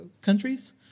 countries